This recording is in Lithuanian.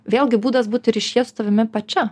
vėlgi būdas būti ryšyje su tavimi pačia